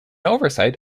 oversight